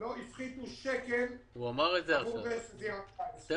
לא הפחיתו שקל עבור זה שזה יהיה רק ---.